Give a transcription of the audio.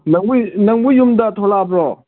ꯅꯪꯕꯨ ꯌꯨꯝꯗ ꯊꯣꯛꯂꯛꯑꯕ꯭ꯔꯣ